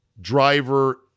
driver